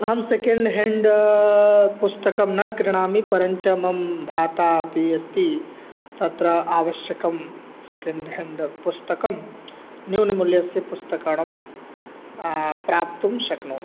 अहं second hand पुस्तकं न क्रीणामि परञ्च मम भ्राता अपि अस्ति तत्र आवश्यकं सेकेण्ड् हेण्ड् पुस्तकं न्यूनमूल्यस्य पुस्तकानां प्राप्तुं शक्नोति